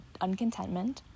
uncontentment